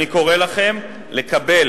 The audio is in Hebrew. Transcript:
אני קורא לכם לקבל